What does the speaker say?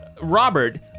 robert